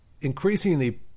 increasingly